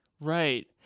Right